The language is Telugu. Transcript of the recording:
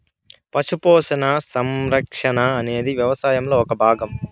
పశు పోషణ, సంరక్షణ అనేది వ్యవసాయంలో ఒక భాగం